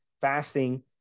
fasting